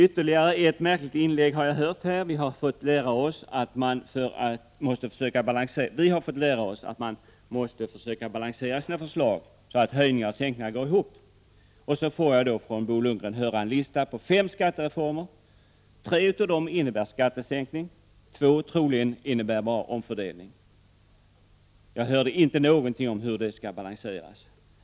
Ytterligare ett märkligt inlägg har jag hört. Vi har fått lära oss att man måste försöka balansera sina förslag så att höjningar och sänkningar går ihop. Så får jag från Bo Lundgren höra en lista på fem skattereformer. Tre av dem innebär skattesänkningar, två troligen bara omfördelning. Jag hörde inte någonting om hur det skall balanseras.